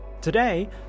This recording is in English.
Today